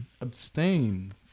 abstain